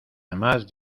demás